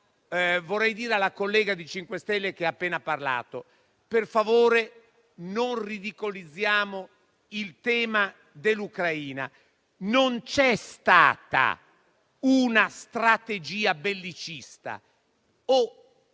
vorrei dire alla collega del MoVimento 5 Stelle che ha appena parlato: per favore, non ridicolizziamo il tema dell'Ucraina. Non c'è stata una strategia bellicista.